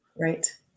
Right